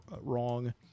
wrong